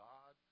God